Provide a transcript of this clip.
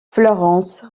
florence